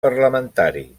parlamentari